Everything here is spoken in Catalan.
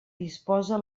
disposa